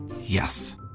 Yes